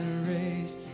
raised